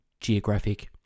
geographic